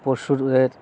পশুর দের